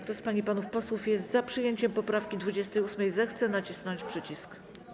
Kto z pań i panów posłów jest za przyjęciem poprawki 28., zechce nacisnąć przycisk.